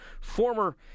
former